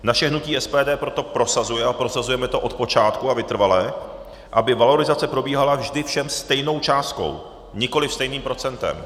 Naše hnutí SPD proto prosazuje, a prosazujeme to od počátku a vytrvale, aby valorizace probíhala vždy všem stejnou částkou, nikoli stejným procentem.